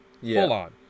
Full-on